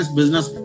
business